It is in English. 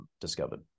discovered